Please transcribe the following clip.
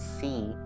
see